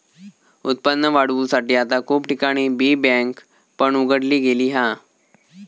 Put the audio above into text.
उत्पन्न वाढवुसाठी आता खूप ठिकाणी बी बँक पण उघडली गेली हा